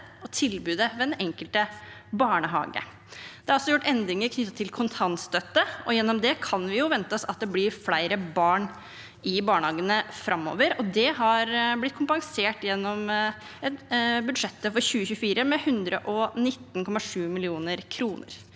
og tilbudet ved den enkelte barnehage. Det er også gjort endringer knyttet til kontantstøtte. Gjennom det kan vi vente oss at det blir flere barn i barnehagene framover. Det har blitt kompensert gjennom budsjettet for 2024 med 119,7 mill. kr.